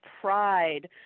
pride